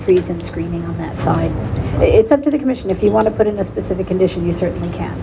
and screaming on that side it's up to the commission if you want to put in a specific condition you certainly can